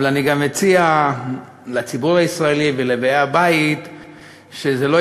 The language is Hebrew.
אבל אני גם מציע לציבור הישראלי ולבאי הבית שזה לא